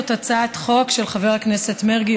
זאת הצעת חוק של חבר הכנסת מרגי,